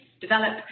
develop